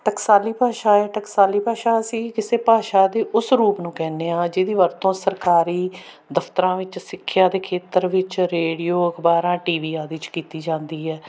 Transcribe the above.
ਟਕਸਾਲੀ ਭਾਸ਼ਾ ਏ ਟਕਸਾਲੀ ਭਾਸ਼ਾ ਅਸੀਂ ਕਿਸੇ ਭਾਸ਼ਾ ਦੇ ਉਸ ਰੂਪ ਨੂੰ ਕਹਿੰਦੇ ਹਾਂ ਜਿਹਦੀ ਵਰਤੋਂ ਸਰਕਾਰੀ ਦਫਤਰਾਂ ਵਿੱਚ ਸਿੱਖਿਆ ਦੇ ਖੇਤਰ ਵਿੱਚ ਰੇਡੀਓ ਅਖਬਾਰਾਂ ਟੀ ਵੀ ਆਦਿ 'ਚ ਕੀਤੀ ਜਾਂਦੀ ਹੈ